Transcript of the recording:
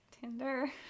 Tinder